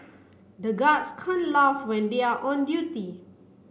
the guards can't laugh when they are on duty